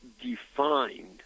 defined